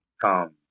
come